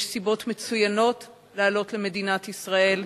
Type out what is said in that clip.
יש סיבות מצוינות לעלות למדינת ישראל,